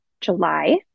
July